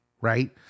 right